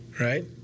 right